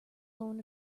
going